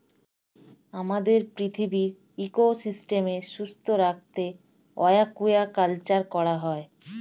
আমাদের পৃথিবীর ইকোসিস্টেম সুস্থ রাখতে অ্য়াকুয়াকালচার করা হয়